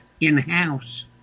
in-house